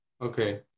Okay